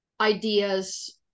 ideas